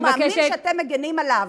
הוא מאמין שאתם מגינים עליו.